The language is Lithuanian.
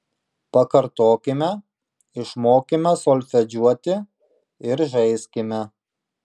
pakartokime išmokime solfedžiuoti ir žaiskime